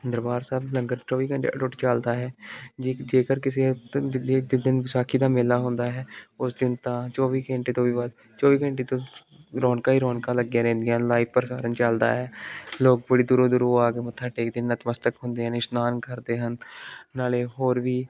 ਦਰਬਾਰ ਸਾਹਿਬ ਲੰਗਰ ਚੌਵੀ ਘੰਟੇ ਅਟੁੱਟ ਚੱਲਦਾ ਹੈ ਜੀ ਜੇਕਰ ਕਿਸੇ ਦਿਨ ਵਿਸਾਖੀ ਦਾ ਮੇਲਾ ਹੁੰਦਾ ਹੈ ਉਸ ਦਿਨ ਤਾਂ ਚੌਵੀ ਘੰਟੇ ਤੋਂ ਵੀ ਵੱਧ ਚੌਵੀ ਘੰਟੇ ਤੋਂ ਰੌਣਕਾਂ ਹੀ ਰੌਣਕਾਂ ਲੱਗੀਆਂ ਰਹਿੰਦੀਆਂ ਲਾਈਵ ਪ੍ਰਸਾਰਣ ਚੱਲਦਾ ਹੈ ਲੋਕ ਬੜੀ ਦੂਰੋਂ ਦੂਰੋਂ ਆ ਕੇ ਮੱਥਾ ਟੇਕਦੇ ਨੇ ਨਤਮਸਤਕ ਹੁੰਦੇ ਨੇ ਇਸ਼ਨਾਨ ਕਰਦੇ ਹਨ ਨਾਲੇ ਹੋਰ ਵੀ